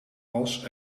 als